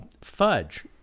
fudge